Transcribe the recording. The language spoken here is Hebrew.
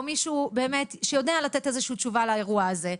או מישהו שיודע לתת איזושהי תשובה לאירוע הזה,